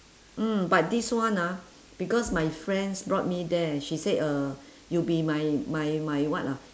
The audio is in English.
mm but this one ah because my friends brought me there she said uh you be my my my what ah